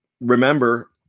remember